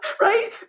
right